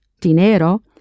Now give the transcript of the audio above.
dinero